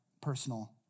personal